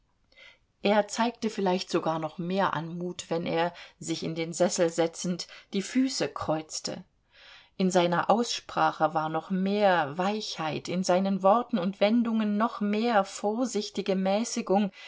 er zeigte vielleicht sogar noch mehr anmut wenn er sich in den sessel setzend die füße kreuzte in seiner aussprache war noch mehr weichheit in seinen worten und wendungen noch mehr vorsichtige mäßigung